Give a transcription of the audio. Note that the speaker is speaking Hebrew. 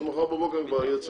אז מחר בבוקר כבר יהיה צמצום.